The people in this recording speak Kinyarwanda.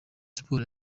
sports